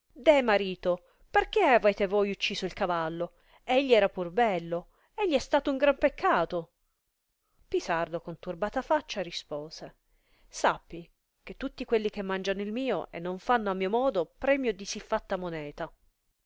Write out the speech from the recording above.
deh marito perchè avete voi ucciso il cavallo egli era pur bello egli è stato un gran peccato pisardo con turbata faccia rispose sappi che tutti quelli che mangiano il mio e non fanno a mio modo premio di sì fatta moneta